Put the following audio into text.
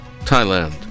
Thailand